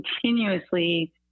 continuously